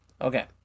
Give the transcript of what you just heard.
Okay